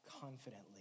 confidently